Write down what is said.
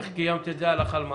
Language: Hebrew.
איך קיימת את זה הלכה למעשה.